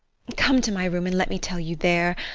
come to my room and let me tell you there.